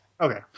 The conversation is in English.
Okay